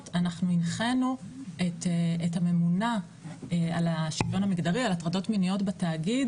אנחנו הנחינו את הממונה על השוויון המגדרי על הטרדות מיניות בתאגיד